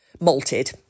malted